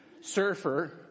surfer